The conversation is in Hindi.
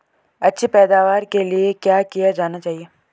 अच्छी पैदावार के लिए क्या किया जाना चाहिए?